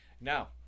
Now